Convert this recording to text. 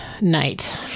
night